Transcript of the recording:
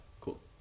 Cool